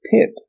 Pip